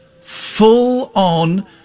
full-on